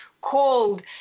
called